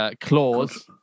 clause